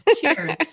Cheers